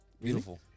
Beautiful